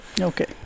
Okay